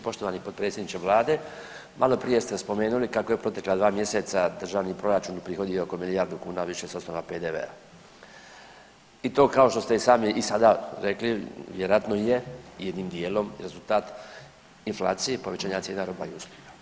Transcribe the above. Poštovani potpredsjedniče vlade, maloprije ste spomenuli kako je u protekla dva mjeseca državni proračun uprihodio oko milijardu kuna više s osnova PDV-a i to kao što ste i sami i sada rekli vjerojatno je jednim dijelom i rezultat inflacije i povećanja cijena roba i usluga.